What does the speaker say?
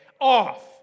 off